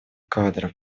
кадров